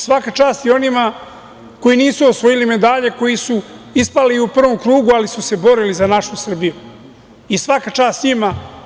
Svaka čast i onima koji nisu osvojili medalje, koji su ispali u prvom krugu, ali su se borili za našu Srbiju i svaka čast njima.